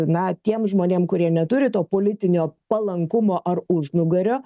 na tiem žmonėm kurie neturi to politinio palankumo ar užnugario